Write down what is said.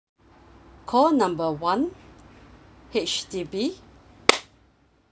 call number one H_D_B